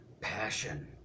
passion